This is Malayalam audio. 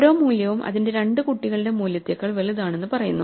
ഓരോ മൂല്യവും അതിന്റെ 2 കുട്ടികളുടെ മൂല്യത്തേക്കാൾ വലുതാണെന്ന് പറയുന്നു